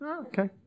Okay